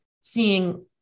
seeing